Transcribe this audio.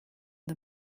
the